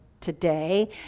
today